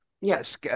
Yes